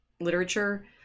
literature